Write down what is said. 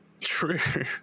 true